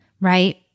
right